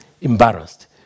embarrassed